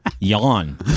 Yawn